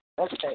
Okay